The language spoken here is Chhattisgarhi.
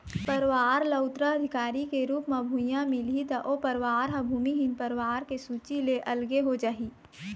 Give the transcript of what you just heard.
परवार ल उत्तराधिकारी के रुप म भुइयाँ मिलही त ओ परवार ह भूमिहीन परवार के सूची ले अलगे हो जाही